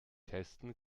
testen